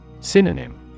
Synonym